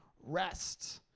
Rest